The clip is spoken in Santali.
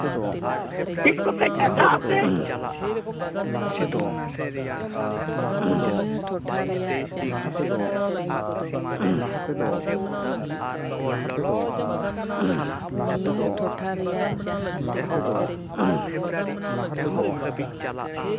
ᱪᱮᱫ ᱠᱚᱯᱮ ᱪᱟᱥᱟ ᱟᱯᱮ